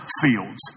fields